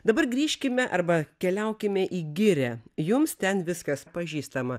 dabar grįžkime arba keliaukime į girią jums ten viskas pažįstama